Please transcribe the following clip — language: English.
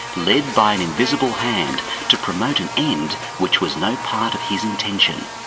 led by an invisible hand to promote an end which was no part of his intention.